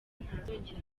ntazongera